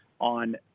on